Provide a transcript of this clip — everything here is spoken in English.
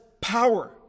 power